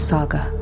Saga